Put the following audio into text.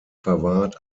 verwahrt